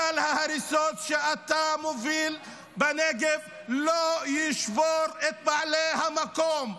גל ההריסות שאתה מוביל בנגב לא ישבור את בעלי המקום.